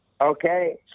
Okay